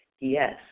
yes